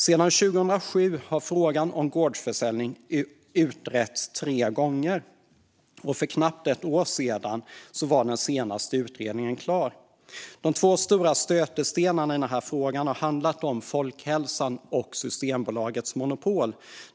Sedan 2007 har frågan om gårdsförsäljning av alkoholhaltiga drycker utretts tre gånger, och för knappt ett år sedan var den senaste utredningen klar. De två stora stötestenarna i denna fråga har handlat om folkhälsan och Systembolagets monopol.